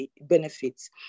benefits